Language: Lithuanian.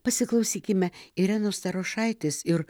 pasiklausykime irenos starošaitės ir